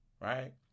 right